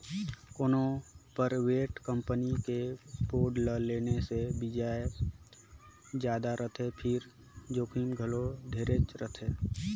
कोनो private company के bond ल लेहे मे बियाज जादा रथे फिर जोखिम घलो ढेरेच रथे